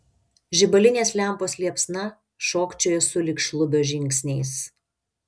žibalinės lempos liepsna šokčiojo sulig šlubio žingsniais